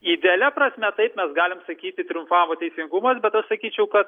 idealia prasme taip mes galim sakyti triumfavo teisingumas bet aš sakyčiau kad